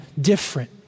different